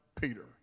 Peter